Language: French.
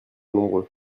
nombreux